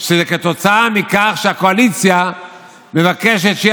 שהוא תוצאה מכך שהקואליציה מבקשת שתהיה